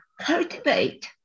cultivate